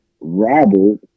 Robert